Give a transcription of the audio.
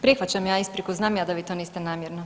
Prihvaćam ja ispriku, znam ja da vi to niste namjerno.